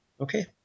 Okay